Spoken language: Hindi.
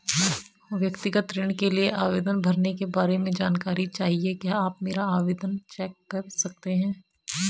व्यक्तिगत ऋण के लिए आवेदन भरने के बारे में जानकारी चाहिए क्या आप मेरा आवेदन चेक कर सकते हैं?